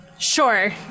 sure